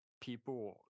people